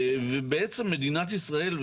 ובעצם מדינת ישראל,